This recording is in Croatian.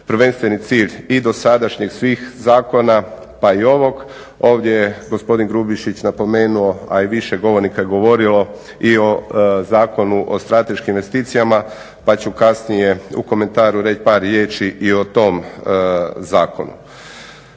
prvenstveni cilj i dosadašnjih svih zakona pa i ovog. Ovdje je gospodin Grubišić napomenuo a i više govornika je govorilo i o Zakonu o strateškim investicijama pa ću kasnije u komentaru reći par riječi i o tom zakonu.